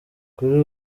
kuri